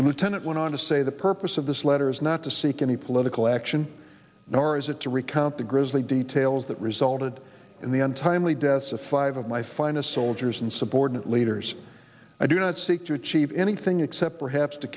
lieutenant went on to say the purpose of this letter is not to seek any political action nor is it to recount the grisly details that resulted in the untimely deaths of five of my finest soldiers and subordinate leaders i do not seek to achieve anything except perhaps to